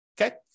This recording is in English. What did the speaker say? okay